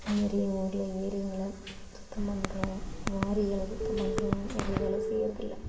நிறைய ஊர்ல ஏரியலாம் சுத்தம் பண்ணுறோம் வாரிகளை சுத்தம்பண்ணுறோம் நிறைய வேலை செய்யறதில்லை